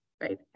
right